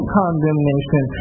condemnation